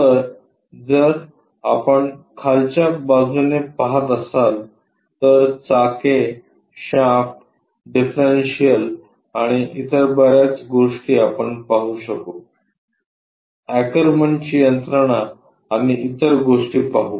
तर जर आपण खालच्या बाजूने पहात असाल तर चाके शाफ्ट डिफ्रंशियल आणि इतर बर्याच गोष्टी आपण पाहूएकरमनची यंत्रणा आणि इतर गोष्टी पाहू